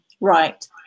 Right